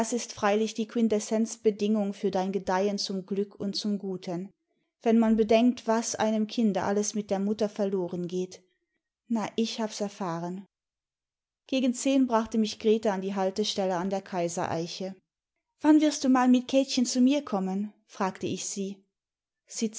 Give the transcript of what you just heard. ist freilich die quintessenzbedingimg für dein gedeihen zum glück und zum guten wenn man das bedenkt was einem kinde alles mit der mutter verloren geht na ich hab's erfahren gegen zehn brachte mich grete an die haltestelle an der kaisereiche wann wirst du mal mit kätchen zu mir kommen fragte ich sie